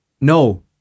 no